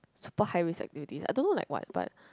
super high risk activities I don't know like what but